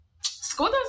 school